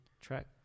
track